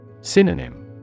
Synonym